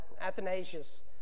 Athanasius